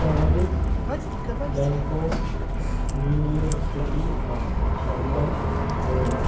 Paris Bangkok New York city London Rome